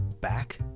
back